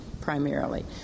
primarily